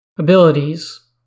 Abilities